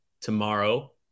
tomorrow